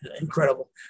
Incredible